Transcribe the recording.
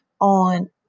on